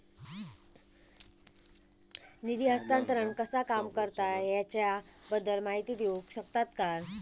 निधी हस्तांतरण कसा काम करता ह्याच्या बद्दल माहिती दिउक शकतात काय?